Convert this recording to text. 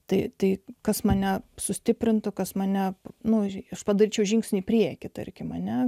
tai tai kas mane sustiprintų kas mane nu ž aš padaryčiau žingsnį priekį tarkim mane